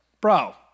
Bro